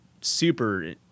super